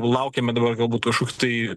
laukiame dabar galbūt kašokių tai